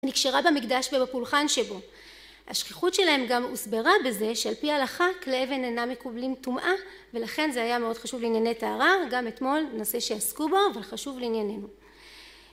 נקשרה במקדש ובפולחן שבו. השכיחות שלהם גם הוסברה בזה, שעל פי ההלכה כלי אבן אינם מקבלים טומאה, ולכן זה היה מאוד חשוב לענייני טהרה, גם אתמול נושא שעסקו בו, אבל חשוב לעניינינו